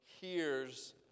hears